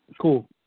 Cool